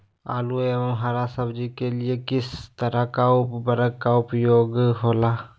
आलू एवं हरा सब्जी के लिए किस तरह का उर्वरक का उपयोग होला?